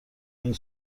این